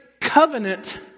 covenant